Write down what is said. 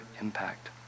impact